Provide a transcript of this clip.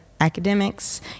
academics